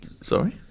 Sorry